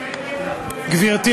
גברתי